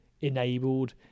enabled